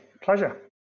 Pleasure